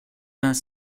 vingt